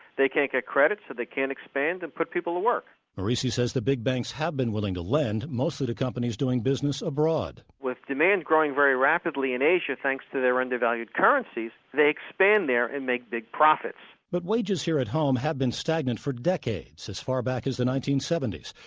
they can't get credit, so they can't expand and put people to work morici says the big banks have been willing to lend mostly to companies doing business abroad with demand growing very rapidly in asia, thanks to their undervalued currencies, they expand there and make big profits but wages here at home have been stagnant for decades as far back as the nineteen seventy s.